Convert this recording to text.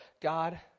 God